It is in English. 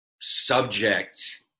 subject